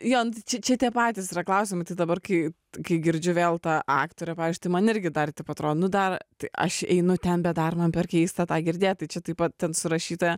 jo čia čia tie patys yra klausimai tai dabar kai kai girdžiu vėl tą aktorė pavyzdžiui tai man irgi taip atrodo nu dar tai aš einu ten bet dar man per keista tai girdėti čia taip pat ten surašyta